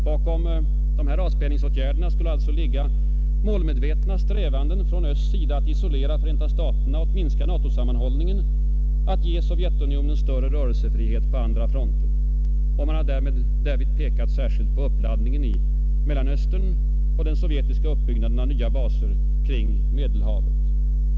Bakom dessa avspänningsåtgärder skulle alltså ligga målmedvetna strävanden från östsidan att isolera Förenta staterna, att minska NATO-sammanhållningen, att ge Sovjetunionen större rörelsefrihet på andra fronter; man har därvid pekat särskilt på uppladdningen i Mellanöstern och den sovjetiska uppbyggnaden av nya baser kring Medelhavet.